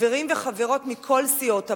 חברים וחברות מכל סיעות הבית.